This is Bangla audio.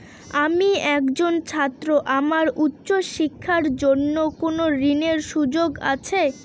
আমি একজন ছাত্র আমার উচ্চ শিক্ষার জন্য কোন ঋণের সুযোগ আছে?